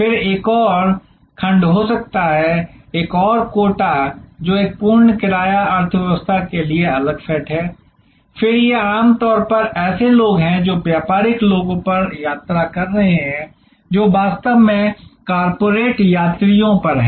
फिर एक और खंड हो सकता है एक और कोटा जो एक पूर्ण किराया अर्थव्यवस्था के लिए अलग सेट है फिर से ये आमतौर पर ऐसे लोग हैं जो व्यापारिक लोगों पर यात्रा कर रहे हैं जो वास्तव में कॉर्पोरेट यात्रियों पर हैं